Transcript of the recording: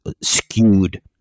skewed